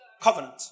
covenant